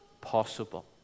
possible